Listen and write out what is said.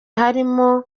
harimo